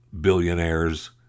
billionaires